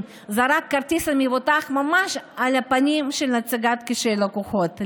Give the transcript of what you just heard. זרק את כרטיס המבוטח ממש על הפנים של נציגת קשרי הלקוחות.